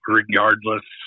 regardless